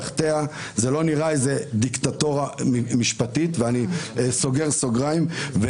זאת לא נראית דיקטטורה משפטית ואני סוגר סוגריים.